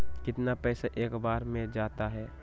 कितना पैसा एक बार में जाता है?